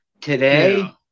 Today